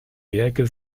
werke